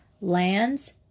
lands